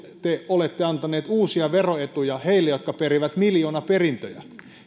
te olette antaneet uusia veroetuja heille jotka perivät miljoonaperintöjä